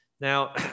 Now